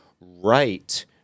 right